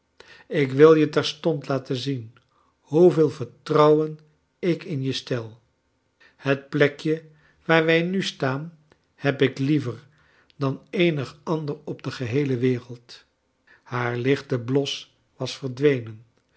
ik wil je terstond laten zien hoeveel vertrouwen ik in je stel het plekje waar wij nu s taan he b ik lie ver dan eenig ander op de geheele wereld haar lichte bios was verdwenen